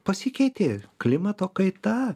pasikeitė klimato kaita